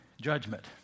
judgment